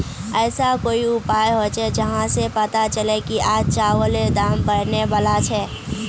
ऐसा कोई उपाय होचे जहा से पता चले की आज चावल दाम बढ़ने बला छे?